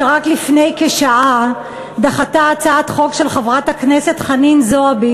שרק לפני כשעה דחתה הצעת חוק של חברת הכנסת חנין זועבי